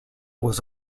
was